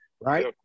right